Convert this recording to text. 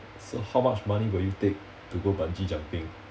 so how much money will you take to go bungee jumping